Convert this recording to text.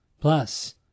plus